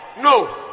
No